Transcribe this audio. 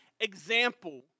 example